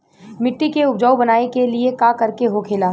मिट्टी के उपजाऊ बनाने के लिए का करके होखेला?